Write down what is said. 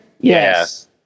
Yes